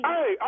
Hey